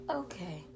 okay